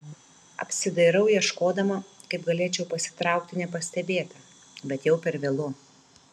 apsidairau ieškodama kaip galėčiau pasitraukti nepastebėta bet jau per vėlu